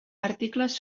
articles